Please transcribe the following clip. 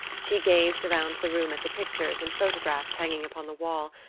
she gazed around the room at the pictures and photographs hanging upon the wall,